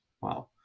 wow